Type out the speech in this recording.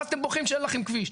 ואז אתם בוכים שאין לכם כביש.